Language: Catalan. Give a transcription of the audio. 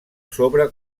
sobre